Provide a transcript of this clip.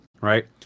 right